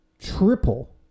triple